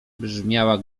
brzmiała